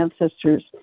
ancestors